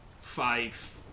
five